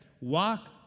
walk